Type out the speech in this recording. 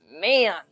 man